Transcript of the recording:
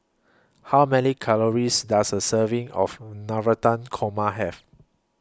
How Many Calories Does A Serving of Navratan Korma Have